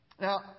Now